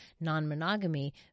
non-monogamy